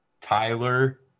Tyler